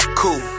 cool